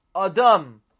Adam